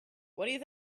what